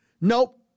Nope